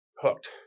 hooked